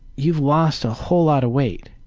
you've lost a whole lot of weight.